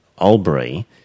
Albury